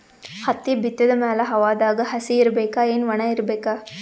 ಹತ್ತಿ ಬಿತ್ತದ ಮ್ಯಾಲ ಹವಾದಾಗ ಹಸಿ ಇರಬೇಕಾ, ಏನ್ ಒಣಇರಬೇಕ?